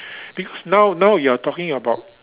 because now now you are talking about